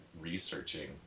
researching